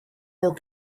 more